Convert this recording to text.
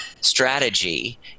strategy